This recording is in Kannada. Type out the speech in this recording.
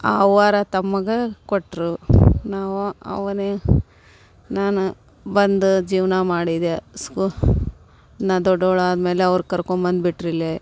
ಅವ್ವವ್ರ ತಮ್ಮಗೆ ಕೊಟ್ಟರು ನಾವು ಅವನೇ ನಾನು ಬಂದು ಜೀವನ ಮಾಡಿದೆ ಸ್ಕೂ ನಾನು ದೊಡ್ಡೋಳು ಆದ ಮೇಲೆ ಅವ್ರು ಕರ್ಕೊಂಬಂದು ಬಿಟ್ರು ಇಲ್ಲೇ